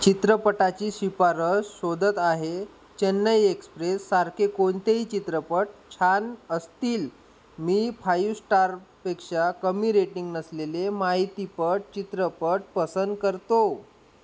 चित्रपटाची शिफारस शोधत आहे चेन्नई एक्सप्रेससारखे कोणतेही चित्रपट छान असतील मी फाईव स्टारपेक्षा कमी रेटिंग नसलेले माहितीपट चित्रपट पसंत करतो